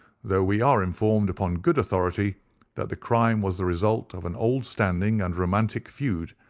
though we are informed upon good authority that the crime was the result of an old standing and romantic feud,